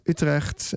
Utrecht